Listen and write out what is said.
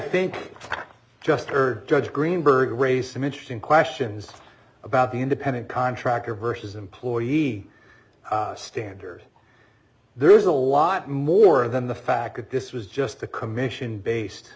think just heard judge greenberg raise some interesting questions about the independent contractor versus employee standard there is a lot more than the fact that this was just a commission based